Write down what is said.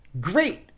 Great